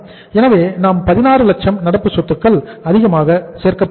எனவே நாம் 16 லட்சம் நடப்பு சொத்துக்கள் அதிகமாக சேர்க்கப் போகிறோம்